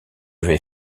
vais